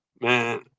Man